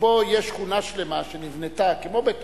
שבו יש שכונה שלמה שנבנתה, כמו בית-אורן,